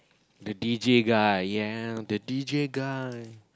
the d_j guy ya the d_j guy